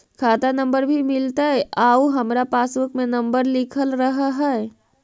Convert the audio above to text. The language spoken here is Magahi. खाता नंबर भी मिलतै आउ हमरा पासबुक में नंबर लिखल रह है?